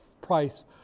price